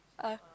ah